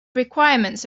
requirements